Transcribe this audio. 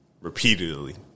Repeatedly